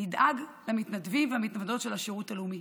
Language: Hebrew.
נדאג למתנדבים ולמתנדבות של השירות הלאומי.